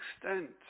extent